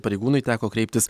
pareigūnui teko kreiptis